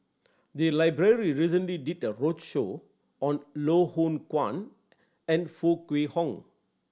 the library recently did a roadshow on Loh Hoong Kwan and Foo Kwee Horng